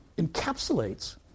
encapsulates